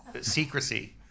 secrecy